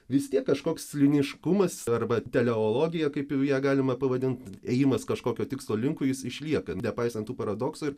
vis tiek kažkoks linijiškumas arba teleologija kaip jau ją galima pavadint ėjimas kažkokio tikslo linkui jis išlieka nepaisant tų paradoksų ir